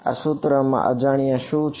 આ સૂત્રમાં અજાણ્યા શું છે